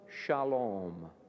Shalom